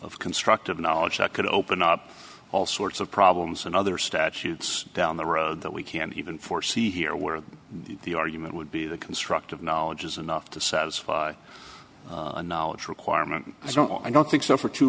of constructive knowledge that could open up all sorts of problems and other statutes down the road that we can't even foresee here where the argument would be the construct of knowledge is enough to satisfy a knowledge requirement i don't know i don't think so for two